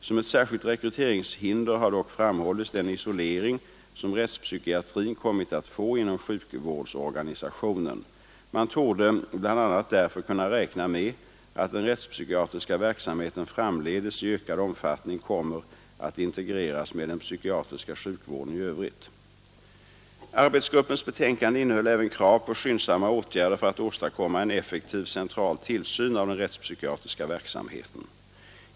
Som ett skilt rekryteringshinder har dock framhållits den isolering som rättspsykiatrin kommit att få inom sjukvårdsorganisationen. Man torde bl.a. därför kunna räkna med att den rättspsykiatriska verksamheten framdeles i ökad omfattning kommer att integreras med den psykiatriska sjukvården i övrigt. Arbetsgruppens betänkande innehöll även krav på skyndsamma åtgärder för att åstadkomma en effektiv central tillsyn av den rätts psykiatriska verksamheten.